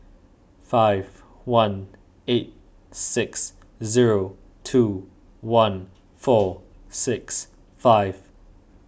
five one eight six zero two one four six five